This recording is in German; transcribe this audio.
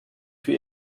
für